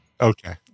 Okay